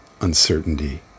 uncertainty